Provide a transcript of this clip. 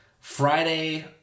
Friday